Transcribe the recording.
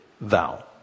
vow